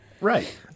Right